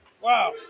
Wow